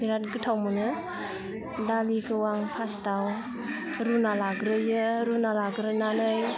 बिराथ गोथाव मोनो दालिखौ आं फास्टाव रुना लाग्रोयो रुना लाग्रोनानै